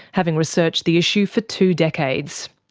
having researched the issue for two decades.